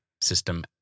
System